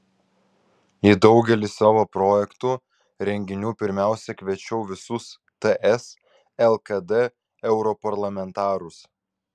į daugelį savo projektų renginių pirmiausia kviečiau visus ts lkd europarlamentarus